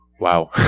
Wow